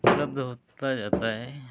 उपलब्ध होता जाता है